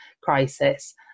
crisis